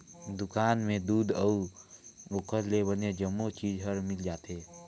दुकान में दूद अउ ओखर ले बने जम्मो चीज हर मिल जाथे